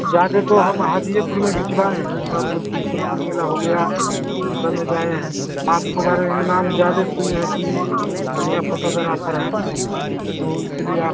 ज़्यादा तो हम हाज़ीरपुर में खिंचवाएँ हैं पर में सुलपुर मेला हो गया ई सब में गए हैं आपको बारे में हम नाम ज़्यादा सुने हैं कि बढ़िय फ़ोटोग्राफर हैं तो इसलिए आप